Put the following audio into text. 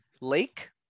lake